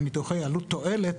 ניתוחי עלות-תועלת,